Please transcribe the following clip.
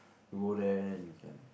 you go there and then you can